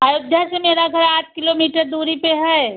अयोध्या से मेरा घर आठ किलोमीटर दूरी पर है